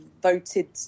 voted